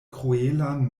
kruelan